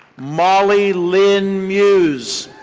molly lynn muse.